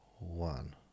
one